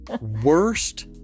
worst